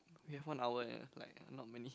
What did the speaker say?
we have one hour eh like not many